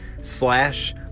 slash